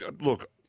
look